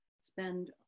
spend